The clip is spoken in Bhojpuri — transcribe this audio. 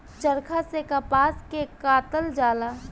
चरखा से कपास के कातल जाला